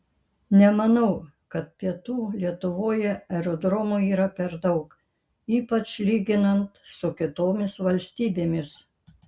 nemanau kad pietų lietuvoje aerodromų yra per daug ypač lyginant su kitomis valstybėmis